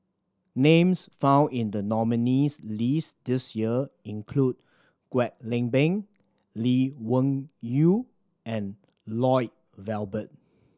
names found in the nominees' list this year include Kwek Leng Beng Lee Wung Yew and Lloyd Valberg